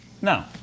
No